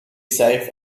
safe